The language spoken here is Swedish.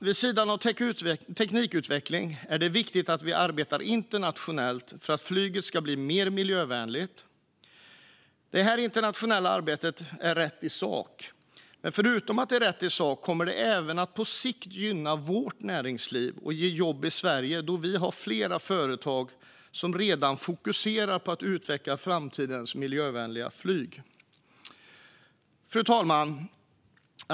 Vid sidan av teknikutvecklingen är det viktigt att vi arbetar internationellt för att flyget ska bli mer miljövänligt. Förutom att detta internationella arbete är rätt i sak kommer det även att på sikt gynna vårt näringsliv och ge jobb i Sverige, då vi har flera företag som redan fokuserar på att utveckla framtidens miljövänliga flyg. Fru talman!